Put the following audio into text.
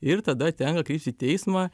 ir tada tenka kreiptis į teismą